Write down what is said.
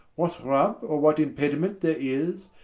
what rub, or what impediment there is,